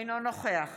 אינו נוכח